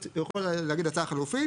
הוא יכול להגיד הצעה חלופית.